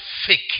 fake